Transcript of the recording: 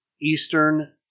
Eastern